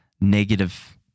negative